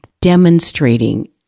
demonstrating